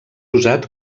usat